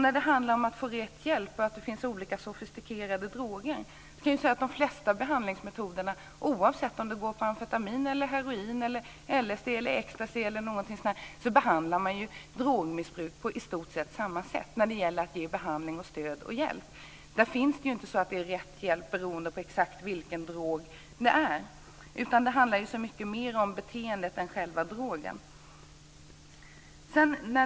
När det handlar om att få rätt hjälp och att det finns olika sofistikerade droger kan jag säga att man behandlar drogmissbruk på i stort sett samma sätt, oavsett om man går på amfetamin, heroin, LSD eller ecstasy. Det handlar om att ge behandling, stöd och hjälp. Det finns inte en speciell hjälp beroende på exakt vilken drog man har tagit. Det handlar mer om beteendet än själva drogen.